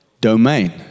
domain